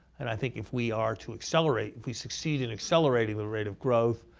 and i think if we are to accelerate, if we succeed in accelerating the rate of growth,